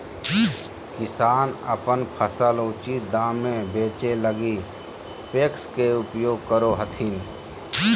किसान अपन फसल उचित दाम में बेचै लगी पेक्स के उपयोग करो हथिन